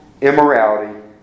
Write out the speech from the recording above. immorality